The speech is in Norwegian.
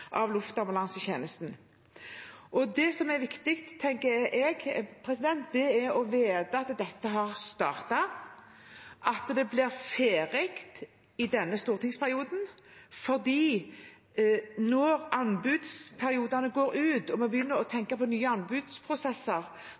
Det som er viktig, tenker jeg, er å vite at dette har startet, at det blir ferdig i denne stortingsperioden, for når anbudsperiodene går ut og vi begynner å tenke på nye anbudsprosesser,